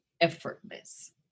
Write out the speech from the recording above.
effortless